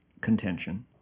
contention